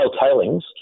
tailings